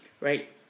Right